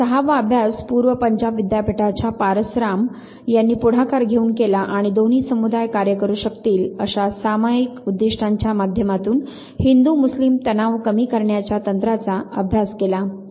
आणि सहावा अभ्यास पूर्व पंजाब विद्यापीठाच्या पारस राम यांनी पुढाकार घेऊन केला आणि "दोन्ही समुदाय कार्य करू शकतील अशा सामायिक उद्दीष्टांच्या माध्यमातून हिंदू मुस्लिम तणाव कमी करण्याच्या तंत्राचा अभ्यास" केला